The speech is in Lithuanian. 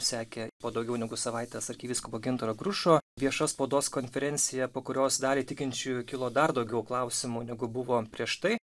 sekė po daugiau negu savaitės arkivyskupo gintaro grušo viešos spaudos konferenciją po kurios daliai tikinčiųjų kilo dar daugiau klausimų negu buvo prieš tai